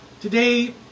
today